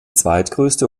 zweitgrößte